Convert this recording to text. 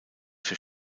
für